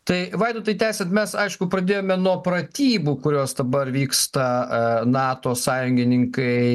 tai vaidotai tęsiant mes aišku pradėjome nuo pratybų kurios dabar vyksta nato sąjungininkai